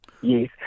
Yes